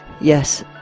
yes